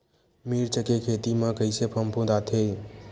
मिर्च के खेती म कइसे फफूंद आथे?